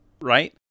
Right